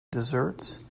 desserts